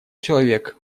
человек